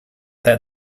that